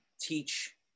teach